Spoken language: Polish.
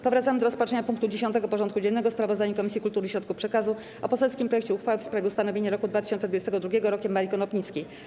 Powracamy do rozpatrzenia punktu 10. porządku dziennego: Sprawozdanie Komisji Kultury i Środków Przekazu o poselskim projekcie uchwały w sprawie ustanowienia roku 2022 rokiem Marii Konopnickiej.